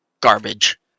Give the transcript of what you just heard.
garbage